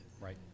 Right